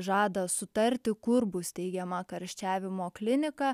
žada sutarti kur bus steigiama karščiavimo klinika